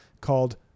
called